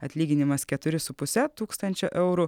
atlyginimas keturi su puse tūkstančio eurų